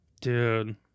Dude